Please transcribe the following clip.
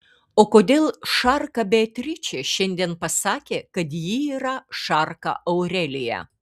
o kodėl šarka beatričė šiandien pasakė kad ji yra šarka aurelija